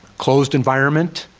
closed environment,